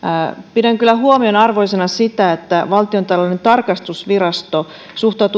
pidän kyllä huomionarvoisena sitä että valtiontalouden tarkastusvirasto suhtautuu